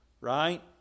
Right